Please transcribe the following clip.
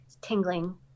tingling